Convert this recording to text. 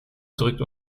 drückte